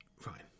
Fine